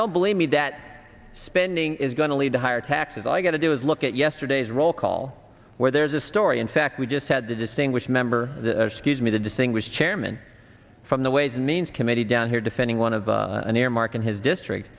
don't believe me that spending is going to lead to higher taxes i got to do is look at yesterday's roll call where there's a story in fact we just had the distinguished member scuse me the distinguish chairman from the ways and means committee down here defending one of an earmark in his district